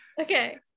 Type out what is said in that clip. Okay